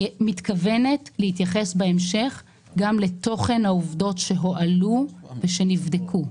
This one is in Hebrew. אני מתכוונת להתייחס בהמשך גם לתוכן העובדות שהועלו ושנבדקו.